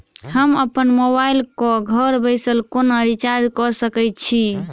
हम अप्पन मोबाइल कऽ घर बैसल कोना रिचार्ज कऽ सकय छी?